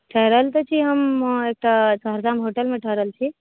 ठहरल तऽ छी हम एतऽ सहरसामे होटलमे ठहरल छी